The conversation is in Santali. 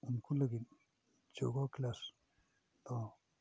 ᱩᱱᱠᱩ ᱞᱟᱹᱜᱤᱫ ᱡᱳᱜᱟ ᱠᱞᱟᱥ ᱫᱚ